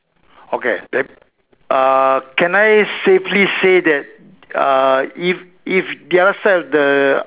okay then uh can I safely say that uh if if the other side of the